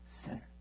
Sinner